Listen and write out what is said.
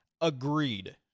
Agreed